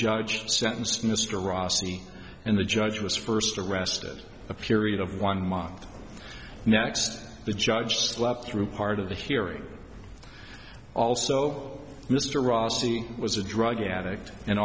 judge sentenced mr rossi and the judge was first arrested a period of one month the next the judge slept through part of the hearing also mr rossi was a drug addict and